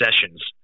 Sessions